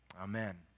Amen